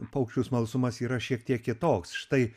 paukščių smalsumas yra šiek tiek kitoks štai